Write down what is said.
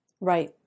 Right